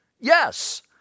yes